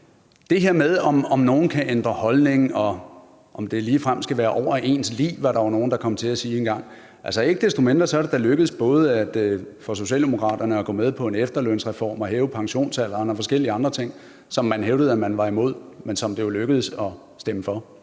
det her med, om nogen kan ændre holdning, og om det ligefrem skal være over ens lig, hvad der var nogen der kom til at sige engang, vil jeg sige: Ikke desto mindre er det da lykkedes for Socialdemokratiet at gå med på en efterlønsreform og hæve pensionsalderen og forskellige andre ting, som man hævdede at man var imod, men som det jo lykkedes at stemme for